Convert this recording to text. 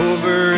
Over